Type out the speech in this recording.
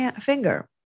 finger